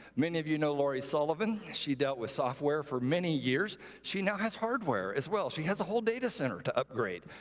many of you know laurie sullivan. she dealt with software for many years. she now has hardware as well. she has a whole data center to upgrade.